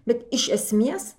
bet iš esmės